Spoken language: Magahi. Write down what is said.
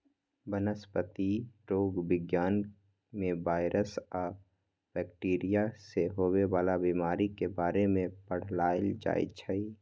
वनस्पतिरोग विज्ञान में वायरस आ बैकटीरिया से होवे वाला बीमारी के बारे में पढ़ाएल जाई छई